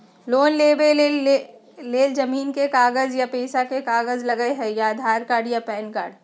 Loan लेवेके लेल जमीन के कागज या पेशा के कागज लगहई या आधार कार्ड या पेन कार्ड?